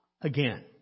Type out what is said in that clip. Again